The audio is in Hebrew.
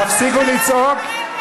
תפסיקו לצעוק.